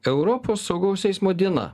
europos saugaus eismo diena